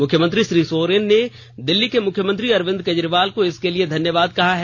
मुख्यमंत्री श्री सोरेन ने दिल्ली के मुख्यमंत्री अरविंद केजरीवाल को इसके लिए धन्यवाद कहा है